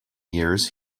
years